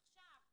עכשיו,